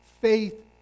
faith